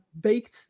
baked